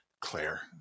claire